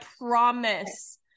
promise